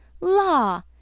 Law